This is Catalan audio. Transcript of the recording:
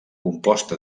composta